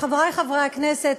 חברי חברי הכנסת,